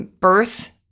Birth